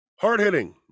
Hard-hitting